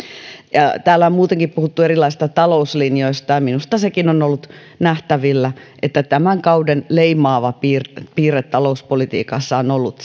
täällä on muutenkin puhuttu erilaisista talouslinjoista ja minusta sekin on ollut nähtävillä että tämän kauden leimaava piirre piirre talouspolitiikassa on ollut